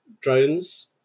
drones